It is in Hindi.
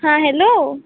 हाँ हेलो